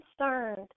concerned